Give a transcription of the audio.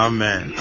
Amen